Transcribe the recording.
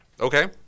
Okay